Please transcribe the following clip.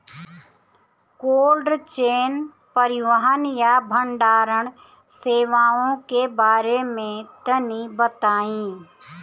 Cold chain परिवहन या भंडारण सेवाओं के बारे में तनी बताई?